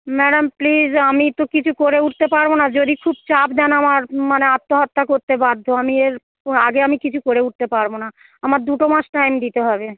madam please আমি তো কিছু করে উঠতে পারবো না যদি খুব চাপ দেন আমার মানে আত্মহত্যা করতে বাধ্য আমি এর আগে আমি কিছু করে উঠতে পারবো না আমার দুটো মাস টাইম দিতে হবে